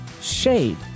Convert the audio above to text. Shade